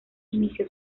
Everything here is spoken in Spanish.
inició